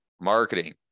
marketing